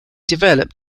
developed